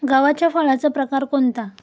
गव्हाच्या फळाचा प्रकार कोणता?